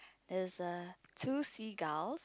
there is a two seagull